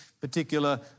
particular